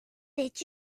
did